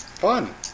fun